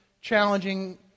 challenging